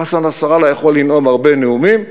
חסן נסראללה יכול לנאום הרבה נאומים,